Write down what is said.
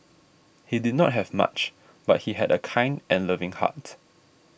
he did not have much but he had a kind and loving heart